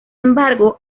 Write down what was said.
embargo